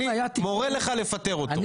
אני מורה לך לפטר אותו?